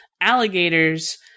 alligators